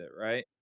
right